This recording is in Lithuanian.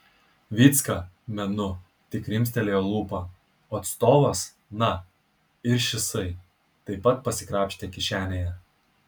vycka menu tik krimstelėjo lūpą o atstovas na ir šisai taip pat pasikrapštė kišenėje